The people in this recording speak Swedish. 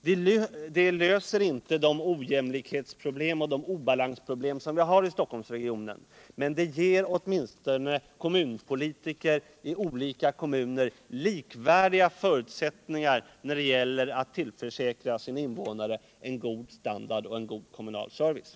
Den löser inte de ojämlikhetsproblem och obalansproblem som vi har i Stockholmsregionen, men den ger åtminstone politiker i olika kommuner likvärdiga förutsättningar när det gäller att tillförsäkra invånarna en god standard och en god kommunal service.